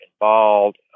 involved